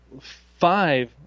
five